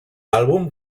álbum